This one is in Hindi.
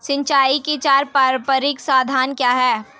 सिंचाई के चार पारंपरिक साधन क्या हैं?